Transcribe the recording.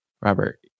Robert